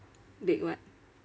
bake what